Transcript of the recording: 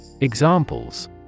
Examples